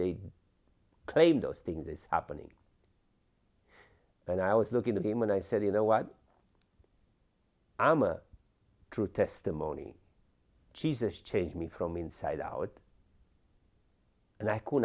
they claim those things is happening and i was looking at them and i said you know what i am a true testimony jesus changed me from inside out and i could